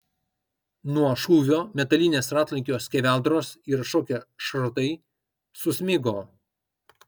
nuo šūvio metalinės ratlankio skeveldros ir atšokę šratai susmigo